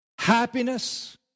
Happiness